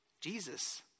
Jesus